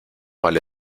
vale